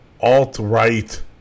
alt-right